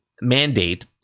mandate